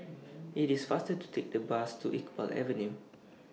IT IS faster to Take The Bus to Iqbal Avenue